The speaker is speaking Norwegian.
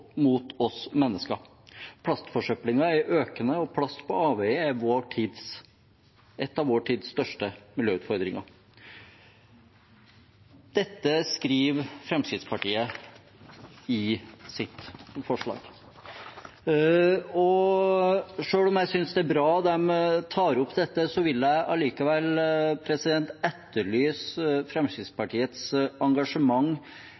mot dyreliv som lever i havet, men også mot mennesker. Plastforsøplingen er økende, og plast på avveie er vår tids største miljøutfordring.» Dette skriver Fremskrittspartiet i sitt forslag. Selv om jeg synes det er bra at de tar opp dette, vil jeg etterlyse Fremskrittspartiets engasjement